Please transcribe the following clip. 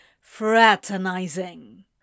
Fraternizing